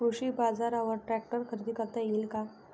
कृषी बाजारवर ट्रॅक्टर खरेदी करता येईल का?